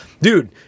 dude